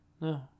No